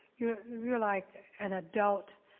you're, you're like an adult